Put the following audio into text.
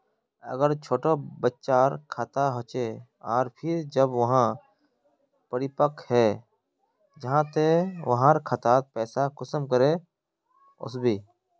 अगर छोटो बच्चार खाता होचे आर फिर जब वहाँ परिपक है जहा ते वहार खातात पैसा कुंसम करे वस्बे?